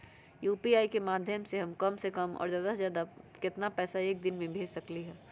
UPI के माध्यम से हम कम से कम और ज्यादा से ज्यादा केतना पैसा एक दिन में भेज सकलियै ह?